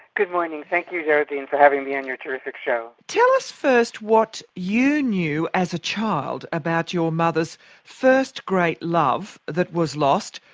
good morning. thank you, geraldine, for having me on your terrific show. tell us first what you knew as a child about your mother's first great love that was lost,